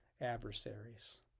adversaries